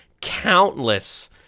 countless